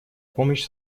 помощь